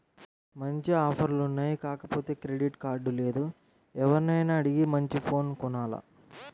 మంచి ఆఫర్లు ఉన్నాయి కాకపోతే క్రెడిట్ కార్డు లేదు, ఎవర్నైనా అడిగి మంచి ఫోను కొనాల